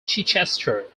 chichester